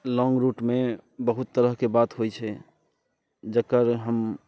लौङ्ग रूटमे बहुत तरहकेँ बात होइत छै जेकर हम